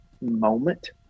moment